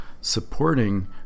supporting